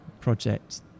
project